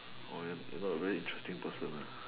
orh then you are not a very interesting person lah